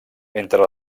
entre